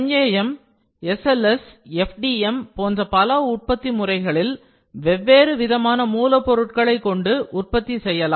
MAM SLS FDM போன்ற பல உற்பத்தி முறைகளில் வெவ்வேறு விதமான மூலப்பொருட்களைக் கொண்டு உற்பத்தி செய்யலாம்